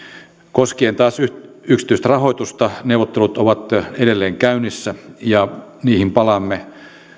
koskien taas yksityistä rahoitusta neuvottelut ovat edelleen käynnissä ja niihin palaamme